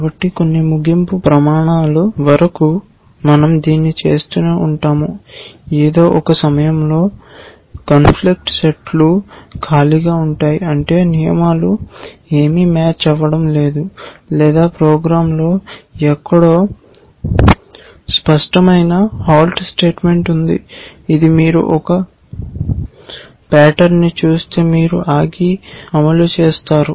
కాబట్టి కొన్ని ముగింపు ప్రమాణాల వరకు మనం దీన్ని చేస్తూనే ఉంటాము ఏదో ఒక సమయంలో కాన్ఫ్లిక్ట్ సెట్లు ఖాళీగా ఉంటాయి అంటే నియమాలు ఏవీ మ్యాచ్ అవడం లేదు లేదా ప్రోగ్రామ్లో ఎక్కడో స్పష్టమైన హాల్ట్ స్టేట్మెంట్ ఉంది ఇది మీరు ఒక పట్టేర్న్ ను చూస్తే మీరు ఆగి అమలు చేస్తారు